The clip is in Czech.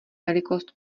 velikost